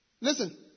Listen